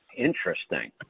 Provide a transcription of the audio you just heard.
Interesting